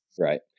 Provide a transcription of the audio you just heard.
right